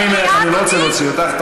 אנא ממך, אני לא רוצה להוציא אותך.